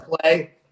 play